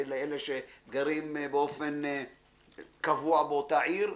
ואלה שגרים באופן קבוע באותה עיר,